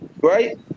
right